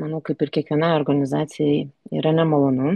manau kaip ir kiekvienai organizacijai yra nemalonu